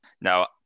Now